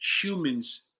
humans